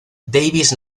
davis